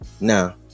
Now